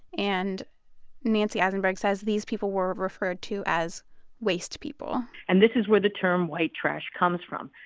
and nancy isenberg says these people were referred to as waste people and this is where the term white trash comes from.